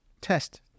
test